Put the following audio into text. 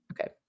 okay